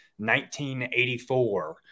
1984